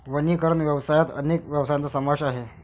वनीकरण व्यवसायात अनेक व्यवसायांचा समावेश आहे